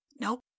Nope